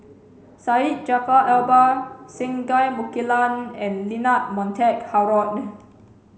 Syed Jaafar Albar Singai Mukilan and Leonard Montague Harrod